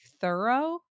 thorough